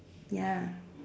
ya